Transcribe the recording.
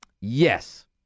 Yes